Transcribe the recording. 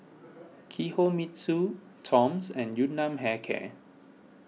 Kinohimitsu Toms and Yun Nam Hair Care